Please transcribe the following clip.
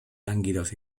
lánguidos